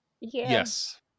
yes